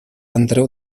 andreu